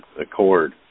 Accord